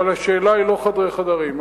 אבל השאלה היא לא חדרי חדרים.